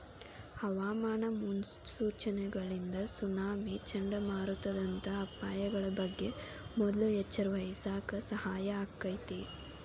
ಹವಾಮಾನ ಮುನ್ಸೂಚನೆಗಳಿಂದ ಸುನಾಮಿ, ಚಂಡಮಾರುತದಂತ ಅಪಾಯಗಳ ಬಗ್ಗೆ ಮೊದ್ಲ ಎಚ್ಚರವಹಿಸಾಕ ಸಹಾಯ ಆಕ್ಕೆತಿ